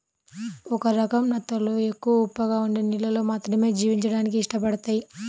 ఒక రకం నత్తలు ఎక్కువ ఉప్పగా ఉండే నీళ్ళల్లో మాత్రమే జీవించడానికి ఇష్టపడతయ్